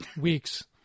weeks